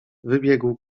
wybiegł